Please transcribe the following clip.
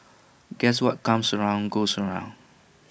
guess what comes around goes around